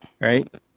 Right